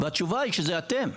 והתשובה היא שזה אתם.